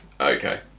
Okay